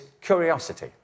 curiosity